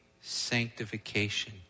sanctification